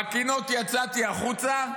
בקינות יצאתי החוצה,